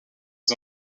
les